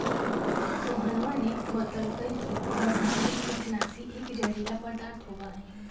सोहनवा ने बतल कई की रसायनिक कीटनाशी एक जहरीला पदार्थ होबा हई